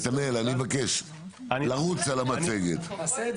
נתנאל אני מבקש, לרוץ על המצגת.